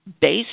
based